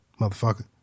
motherfucker